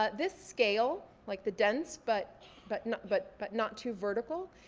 ah this scale, like the dense but but and but but not too vertical,